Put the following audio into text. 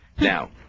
now